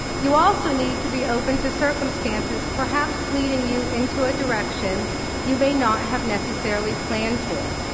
you also need to be open to circumstances, perhaps leading you into a direction you may not have necessarily planned for.